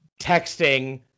texting